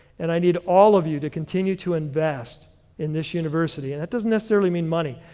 and i need all of you to continue to invest in this university. and that doesn't necessarily mean money,